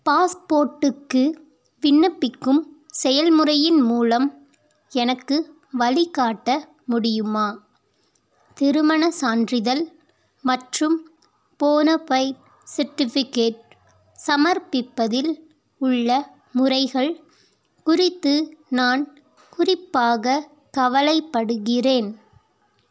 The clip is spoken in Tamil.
பாஸ்போர்ட்டுக்கு விண்ணப்பிக்கும் செயல்முறையின் மூலம் எனக்கு வழிகாட்ட முடியுமா திருமண சான்றிதழ் மற்றும் போனபைட் செர்டிபிகேட் சமர்பிப்பதில் உள்ள முறைகள் குறித்து நான் குறிப்பாக கவலைப்படுகிறேன்